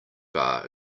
bar